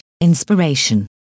inspiration